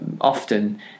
often